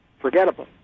forgettable